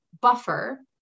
buffer